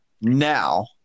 now